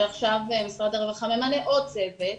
שעכשיו משרד הרווחה ממנה עוד צוות,